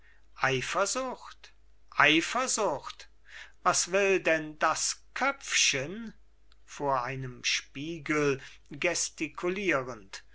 eifersucht eifersucht was will denn das köpfchen vor einem spiegel gestikulierend